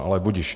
Ale budiž.